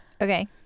Okay